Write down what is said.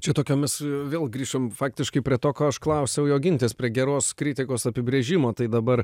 čia tokiomis vėl grįžom faktiškai prie to ko aš klausiau jogintės prie geros kritikos apibrėžimo tai dabar